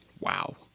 Wow